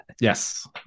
Yes